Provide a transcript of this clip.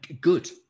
good